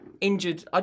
Injured